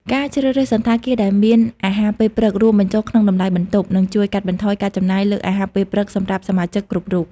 ការជ្រើសរើសសណ្ឋាគារដែលមានអាហារពេលព្រឹករួមបញ្ចូលក្នុងតម្លៃបន្ទប់ នឹងជួយកាត់បន្ថយការចំណាយលើអាហារពេលព្រឹកសម្រាប់សមាជិកគ្រប់រូប។